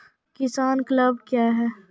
किसान क्लब क्या हैं?